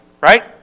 right